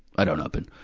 i don't open.